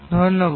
ধন্যবাদ